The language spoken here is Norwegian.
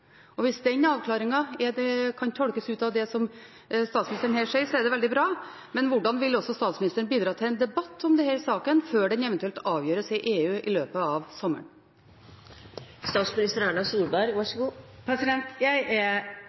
Hvis den avklaringen kan tolkes ut av det som statsministeren her sier, er det veldig bra. Men hvordan vil statsministeren bidra til en debatt om denne saken før den eventuelt avgjøres i EU i løpet av sommeren? Jeg er enig i at det er behov for en bred debatt om et sånt tiltak, og jeg er